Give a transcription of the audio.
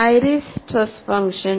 iris stress function